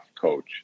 coach